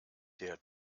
der